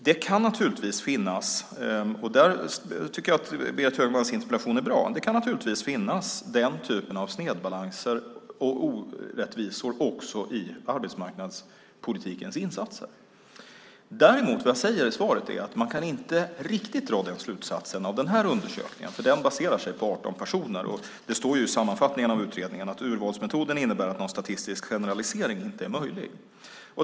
Det kan naturligtvis finnas, och där tycker jag att Berit Högmans interpellation är bra, den typen av snedbalanser och orättvisor också i arbetsmarknadspolitikens insatser. Vad jag däremot säger i svaret är att man inte riktigt kan dra den slutsatsen av den här undersökningen, för den baserar sig på 18 personer, och det står ju i sammanfattningen av utredningen att urvalsmetoden innebär att någon statistisk generalisering inte är möjlig.